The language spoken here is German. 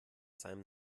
seinem